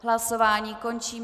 Hlasování končím.